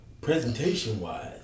presentation-wise